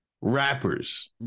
rappers